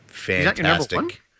Fantastic